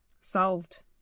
Solved